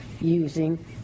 using